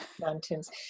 mountains